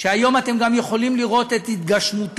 שהיום אתם גם יכולים לראות את הגשמתה.